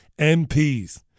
MPs